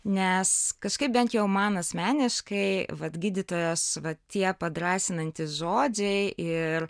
nes kažkaip bent jau man asmeniškai vat gydytojas va tie padrąsinantys žodžiai ir